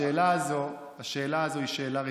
השאלה הזו, השאלה הזו היא שאלה רטורית.